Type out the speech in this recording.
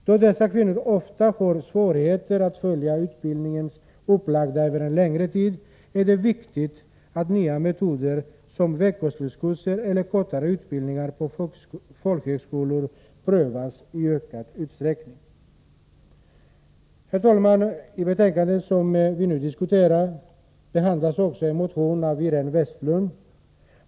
Då dessa kvinnor : TSE Torsdagen den ofta har svårigheter att följa utbildningar upplagda över en längre tid är det 22 mars 1984 viktigt att nya metoder som veckoslutskurser eller kortare utbildningar på folkhögskolor prövas i ökad utsträckning. Anslag till vuxenut Herr talman! I det betänkande som vi nu diskuterar behandlas också en bildning motion av Iréne Vestlund.